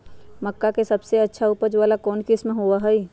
मक्का के सबसे अच्छा उपज वाला कौन किस्म होई?